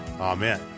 Amen